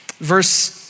verse